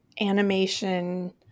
animation